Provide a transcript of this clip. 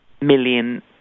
million